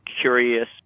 curious